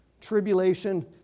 tribulation